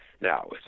Now